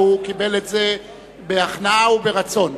והוא קיבל את זה בהכנעה וברצון.